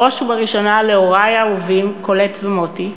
בראש ובראשונה, להורי האהובים קולט ומוטי,